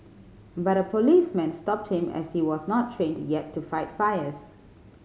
but a policeman stopped him as he was not trained yet to fight fires